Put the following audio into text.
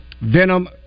Venom